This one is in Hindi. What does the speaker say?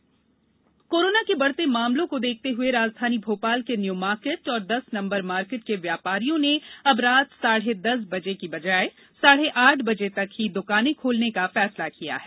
बाजार बंदी कोरोना के बढ़ते मामलों को देखते हुए राजधानी भोपाल के न्यू मार्केट और दस नंबर मार्केट के व्यापारियों ने अब रात साढ़े दस बजे के बजाय साढ़े आठ बजे तक ही दकाने खोलने का फैसला किया है